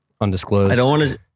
Undisclosed